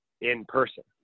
in-person